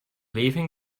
leaving